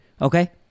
okay